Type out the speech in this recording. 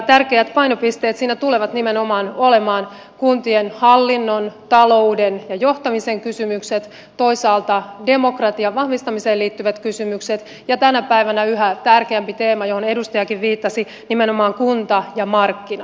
tärkeät painopisteet siinä tulevat nimenomaan olemaan kuntien hallinnon talouden ja johtamisen kysymykset toisaalta demokratian vahvistamiseen liittyvät kysymykset ja tänä päivänä yhä tärkeämpi teema johon edustajakin viittasi on nimenomaan kunta ja markkinat